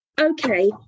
okay